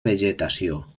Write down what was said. vegetació